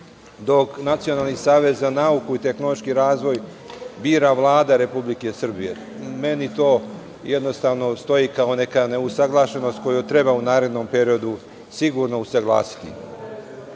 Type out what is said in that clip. dok Nacionalni savet za nauku i tehnološki razvoj bira Vlada Republike Srbije. Meni to jednostavno stoji kao neka ne usaglašenost koju treba u narednom periodu sigurno usaglasiti. Takođe,